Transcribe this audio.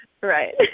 right